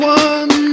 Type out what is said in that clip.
one